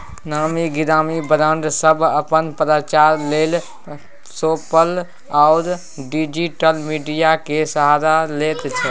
नामी गिरामी ब्राँड सब अपन प्रचार लेल सोशल आ डिजिटल मीडिया केर सहारा लैत छै